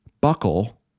buckle